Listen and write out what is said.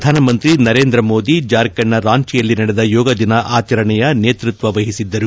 ಪ್ರಧಾನಮಂತ್ರಿ ನರೇಂದ್ರ ಮೋದಿ ಜಾರ್ಖಂಡ್ ನ ರಾಂಚಿಯಲ್ಲಿ ನಡೆದ ಯೋಗ ದಿನ ಆಚರಣೆಯ ನೇತೃತ್ವ ವಹಿಸಿದ್ದರು